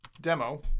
demo